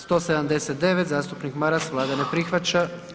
179. zastupnik Maras Vlada ne prihvaća.